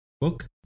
book